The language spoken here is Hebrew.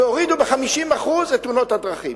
והורידו ב-50% את תאונות הדרכים,